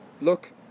look